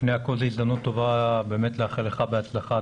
ולפני הכול זאת הזדמנות טובה לאחל לך בהצלחה,